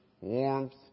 warmth